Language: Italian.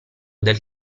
del